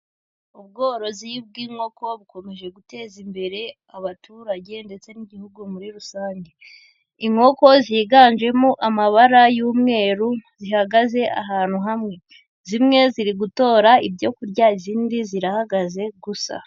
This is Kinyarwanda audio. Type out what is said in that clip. Ubworozi bw'inkoko, bukomeje guteza imbere abaturage ndetse n'igihugu muri rusange. Inkoko ziganjemo amabara y'umweru, zihagaze ahantu hamwe. Zimwe ziri gutora ibyo kurya, izindi zirahagaze gusa.